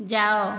ଯାଅ